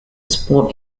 sport